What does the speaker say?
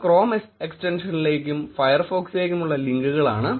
ഇവ ക്രോം എക്സ്റ്റെൻഷനിലേക്കും ഫയർഫോക്സിലേക്കുമുള്ള ലിങ്കുകളാണ്